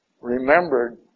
remembered